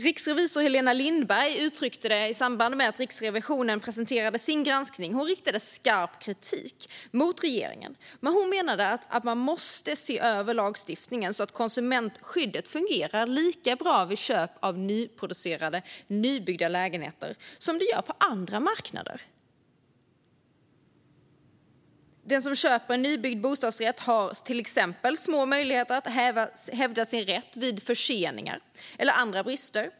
Riksrevisor Helena Lindberg riktade i samband med att Riksrevisionen presenterade sin granskning skarp kritik mot regeringen. Hon menade att man måste se över lagstiftningen så att konsumentskyddet fungerar lika bra vid köp av nyproducerade och nybyggda lägenheter som det gör på andra marknader. Den som köper en nybyggd bostadsrätt har till exempel små möjligheter att hävda sin rätt vid förseningar eller andra brister.